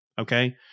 Okay